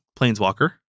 Planeswalker